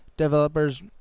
Developers